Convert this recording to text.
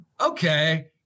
okay